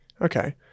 Okay